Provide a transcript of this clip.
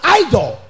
idol